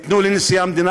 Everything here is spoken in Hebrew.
תנו לנשיא המדינה,